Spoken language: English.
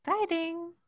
Exciting